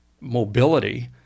mobility